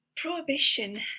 Prohibition